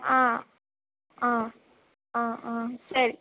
ஆ ஆ ஆ ஆ சரி